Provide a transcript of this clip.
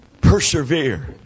persevere